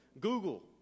Google